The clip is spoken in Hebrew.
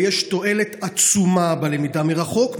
ויש תועלת עצומה בלמידה מרחוק,